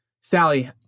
Sally